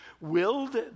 willed